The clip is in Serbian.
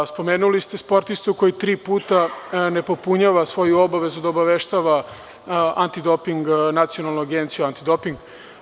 Spomenuli ste sportistu koji tri puta ne popunjava svoju obavezu da obaveštava Nacionalnu agenciju antidoping.